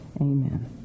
Amen